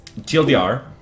TLDR